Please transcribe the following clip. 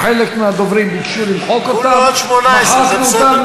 חלק מהדוברים ביקשו למחוק אותם, מחקנו אותם.